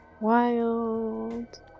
wild